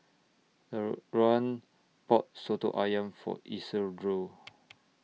Leran bought Soto Ayam For Isidro